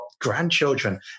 grandchildren